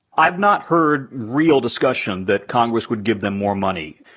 i've not heard real discussion that congress would give them more money.